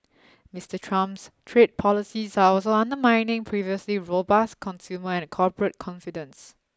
Mister Trump's trade policies are also undermining previously robust consumer and corporate confidence